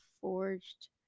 forged